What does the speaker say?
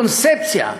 הקונספציה שהונהגה,